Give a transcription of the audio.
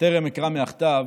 טרם אקרא מהכתב,